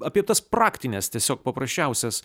apie tas praktines tiesiog paprasčiausias